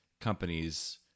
companies